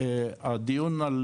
הדיון על